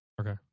Okay